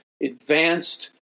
advanced